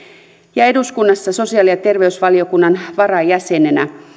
ja eduskunnassa sosiaali ja terveysvaliokunnan varajäsenenä